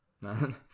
Man